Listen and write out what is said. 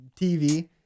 TV